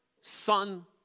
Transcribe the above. Son